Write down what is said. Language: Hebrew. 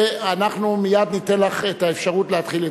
ואנחנו מייד ניתן לך את האפשרות להתחיל לדבר.